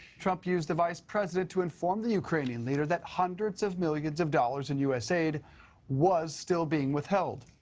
trump used the vice president to inform the ukrainian leader that hundreds of millions of dollars in u s. aid was still being withheld.